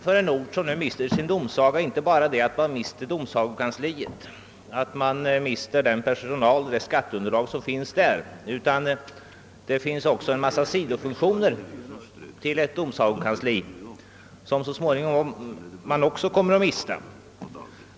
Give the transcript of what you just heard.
För en ort som mister sin domsaga innebär det inte bara förlusten av domsagokansliet och dess personal med det skatteunderlag som den representierar, utan det finns också en massa sidofunktioner till ett domsagokansli som man så småningom kommer att mista.